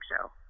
show